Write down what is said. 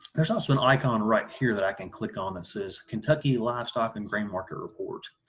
there's also an icon right here that i can click on this says kentucky livestock and grain market report.